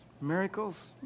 miracles